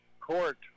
court